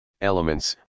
elements